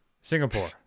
singapore